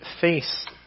face